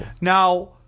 Now